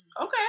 Okay